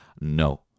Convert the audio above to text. no